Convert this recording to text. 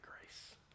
grace